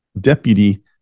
deputy